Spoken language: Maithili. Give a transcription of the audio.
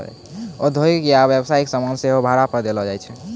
औद्योगिक या व्यवसायिक समान सेहो भाड़ा पे देलो जाय छै